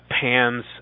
Pam's